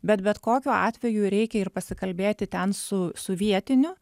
bet bet kokiu atveju reikia ir pasikalbėti ten su su vietiniu